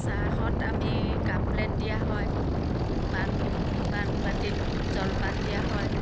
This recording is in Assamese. চাহত আমি কাপ প্লেট দিয়া হয় বান বানবাটিত জলপান দিয়া হয়